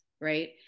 right